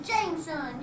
Jameson